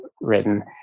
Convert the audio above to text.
written